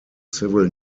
civil